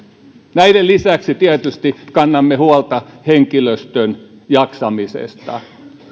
näiden lisäksi tietysti kannamme huolta henkilöstön jaksamisesta